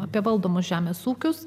apie valdomus žemės ūkius